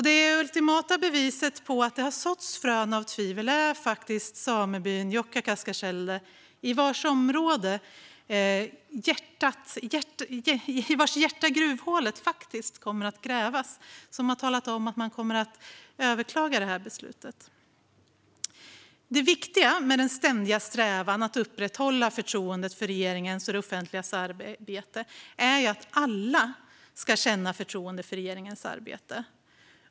Det ultimata beviset på att det har såtts frön av tvivel är faktiskt samebyn Jåhkågasska tjiellde, i vars hjärta gruvhålet kommer att grävas. Man har talat om att man kommer att överklaga detta beslut. Det viktiga med den ständiga strävan att upprätthålla förtroendet för regeringens och det offentligas arbete är att alla ska känna förtroende för regeringens arbete.